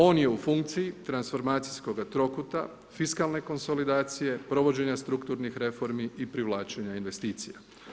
On je u funkciji transformacijskoga trokuta, fiskalne konsolidacije, provođenja strukturnih reformi i privlačenja investicija.